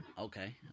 Okay